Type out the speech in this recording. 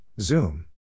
Zoom